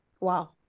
Wow